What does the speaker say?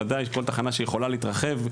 וודאי כל תחנה שיכולה להתרחב,